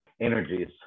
energies